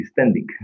standing